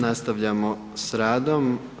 Nastavljamo sa radom.